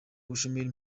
ubushomeri